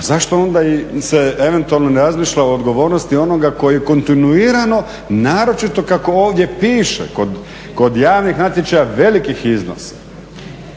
zašto onda se eventualno ne razmišlja o odgovornosti onoga koji kontinuirano naročito kako ovdje piše kod javnih natječaja velikih iznosa?